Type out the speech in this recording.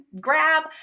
grab